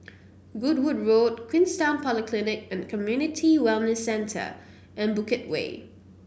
Goodwood Road Queenstown Polyclinic and Community Wellness Centre and Bukit Way